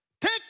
take